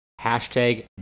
#Hashtag